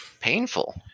painful